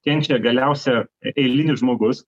kenčia galiausia eilinis žmogus